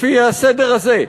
לפי הסדר הזה,